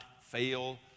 fail